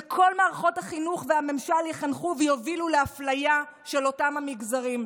וכל מערכות החינוך והממשל יחנכו ויובילו לאפליה של אותם מגזרים.